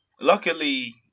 Luckily